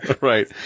Right